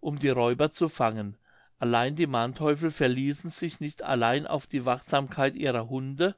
um die räuber zu fangen allein die manteuffel verließen sich nicht allein auf die wachsamkeit ihrer hunde